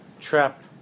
trap